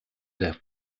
der